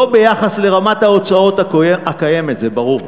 לא ביחס לרמת ההוצאות הקיימת, זה ברור.